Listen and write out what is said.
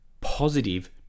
positive